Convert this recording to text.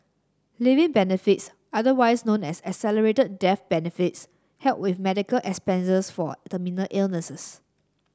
living benefits otherwise known as accelerated death benefits help with medical expenses for terminal illnesses